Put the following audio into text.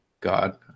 God